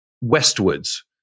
westwards